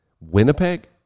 Winnipeg